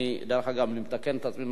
דרך אגב, אני מתקן את עצמי.